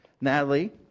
Natalie